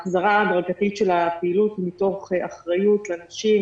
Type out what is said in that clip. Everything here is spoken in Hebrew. החזרה ההדרגתית לפעילות מתוך אחריות לנשים,